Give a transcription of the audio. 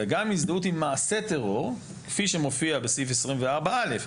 אלא גם הזדהות עם מעשה טרור כפי שמופיע בסעיף 24א,